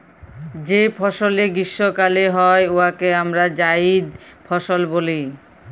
যে ফসলে গীষ্মকালে হ্যয় উয়াকে আমরা জাইদ ফসল ব্যলি